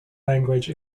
language